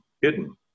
hidden